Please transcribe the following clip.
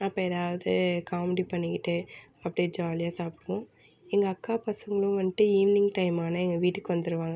அப்போ எதாவது காமெடி பண்ணிக்கிட்டு அப்படியே ஜாலியாக சாப்பிடுவோம் எங்கள் அக்கா பசங்களும் வந்துட்டு ஈவினிங் டைம் ஆனால் எங்கள் வீட்டுக்கு வந்துடுவாங்க